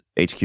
HQ